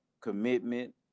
commitment